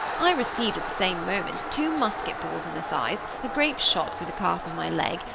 i received, at the same moment, two musket balls in the thighs, a grape shot through the calf of my leg,